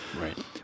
Right